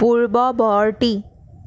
পূৰ্ৱবৰ্তী